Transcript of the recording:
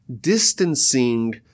distancing